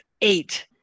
eight